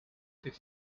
tych